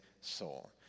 soul